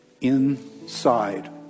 Inside